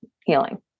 healing